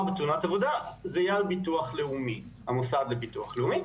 בתאונת עבודה זה יהיה על המוסד לביטוח לאומי.